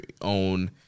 own